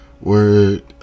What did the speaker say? word